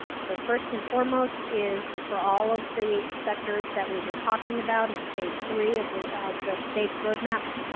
so, first and foremost, is for all of the sectors that we've been talking about in stage three of the of the state's roadmap,